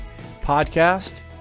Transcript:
podcast